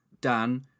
Dan